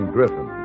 Griffin